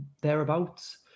thereabouts